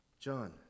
John